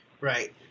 Right